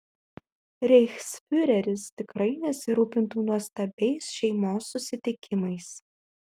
reichsfiureris tikrai nesirūpintų nuostabiais šeimos susitikimais